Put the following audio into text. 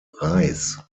reis